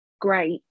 great